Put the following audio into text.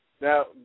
Now